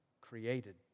created